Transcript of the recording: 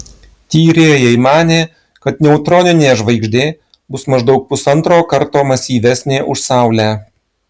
tyrėjai manė kad neutroninė žvaigždė bus maždaug pusantro karto masyvesnė už saulę